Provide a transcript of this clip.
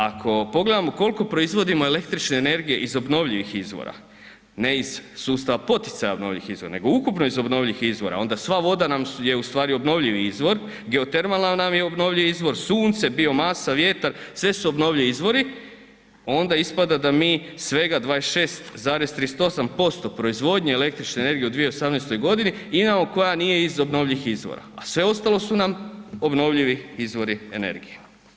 Ako pogledamo koliko proizvodimo električne energije iz obnovljivih izvora, ne iz sustava poticaja obnovljivih izvora nego ukupno iz obnovljivih izvora onda sva voda nam je ustvari obnovljivi izvor, geotermalna nam je obnovljivi izvor, sunce, biomasa, vjetar sve su obnovljivi izvori onda ispada da mi svega 26,38% proizvodnje električne energije u 2018. imamo koja nije iz obnovljivih izvora, a sve ostalo su nam obnovljivi izvori energije.